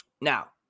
Now